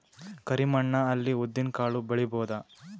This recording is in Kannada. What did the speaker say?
ಕರಿ ಮಣ್ಣ ಅಲ್ಲಿ ಉದ್ದಿನ್ ಕಾಳು ಬೆಳಿಬೋದ?